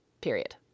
Period